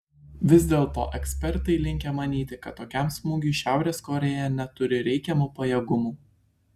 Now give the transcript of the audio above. vis dėlto ekspertai linkę manyti kad tokiam smūgiui šiaurės korėja neturi reikiamų pajėgumų